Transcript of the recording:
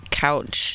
couch